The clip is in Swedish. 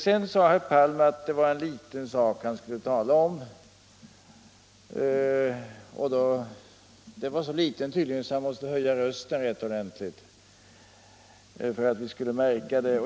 Sedan sade herr Palm att det var en liten sak han skulle tala om; den var tydligen så liten att han måste höja rösten rätt ordentligt för att vi skulle märka den.